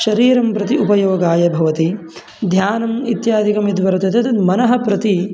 शरीरं प्रति उपयोगाय भवति ध्यानम् इत्यादिकं यद्वर्तते तत् मनः प्रति